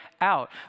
out